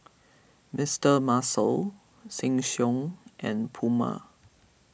Mister Muscle Sheng Siong and Puma